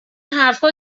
حرفا